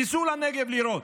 תיסעו לנגב לראות,